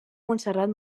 montserrat